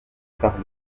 par